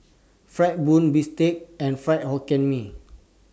Fried Bun Bistake and Fried Hokkien Mee